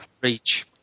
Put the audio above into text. Reach